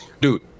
dude